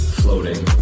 floating